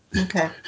Okay